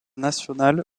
nationale